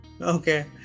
Okay